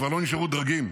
כבר לא נשארו דרגים,